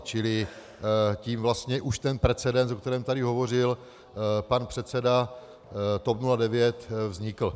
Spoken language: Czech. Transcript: Čili tím vlastně už ten precedens, o kterém tady hovořil pan předseda TOP 09, vznikl.